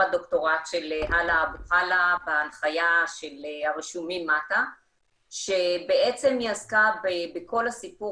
הדוקטורט של האלה אבו חלה בהנחיה של הרשומים מטה שהיא עסקה בכל הסיפור